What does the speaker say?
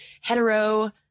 hetero